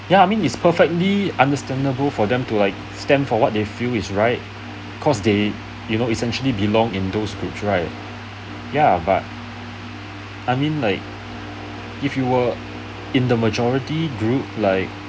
ya I mean it's perfectly understandable for them to like stand for what they feel is right cause they you know essentially belongs in those groups right ya but I mean like if you were in the majority group like